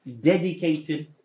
dedicated